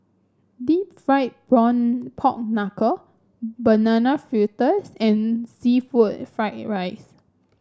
deep fried Pork Knuckle Banana Fritters and seafood Fried Rice